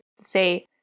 say